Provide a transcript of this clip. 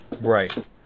Right